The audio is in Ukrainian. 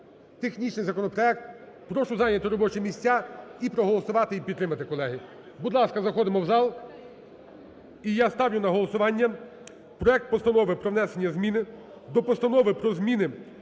Технічний законопроект. Прошу зайняти робочі місця і проголосувати, і підтримати, колеги. Будь ласка, заходимо в зал. І я ставлю на голосування проект Постанови про внесення зміни до Постанови "Про зміни